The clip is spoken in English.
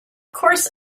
course